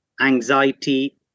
anxiety